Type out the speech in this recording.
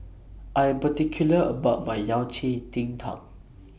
I Am particular about My Yao Cai Ji Tang